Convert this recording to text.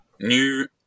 new